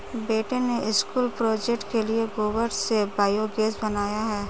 बेटे ने school project के लिए गोबर से बायोगैस बनाया है